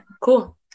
cool